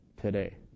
today